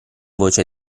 voce